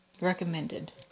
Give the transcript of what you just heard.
Recommended